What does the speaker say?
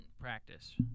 practice